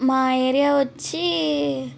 మా ఏరియా వచ్చి